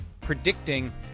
predicting